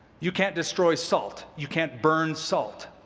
you can't destroy salt. you can't burn salt.